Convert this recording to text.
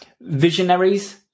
visionaries